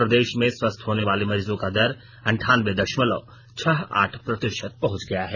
प्रदेश में स्वस्थ होने वाले मरीजों का दर अंठानवें दशमलव छह आठ प्रतिशत पहुंच गया है